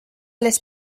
les